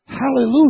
Hallelujah